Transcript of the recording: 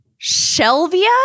Shelvia